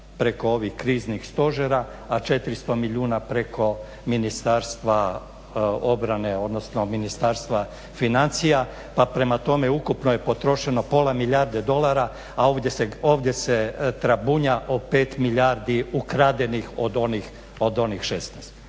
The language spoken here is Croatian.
preko ovih kriznih stožera a 400 milijuna preko Ministarstva obrane odnosno Ministarstva financija pa prema tome ukupno je potrošeno pola milijarde dolara a ovdje se trabunja o 5 milijardi ukradenih od onih 16.